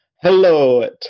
Hello